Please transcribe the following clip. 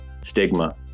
stigma